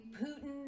Putin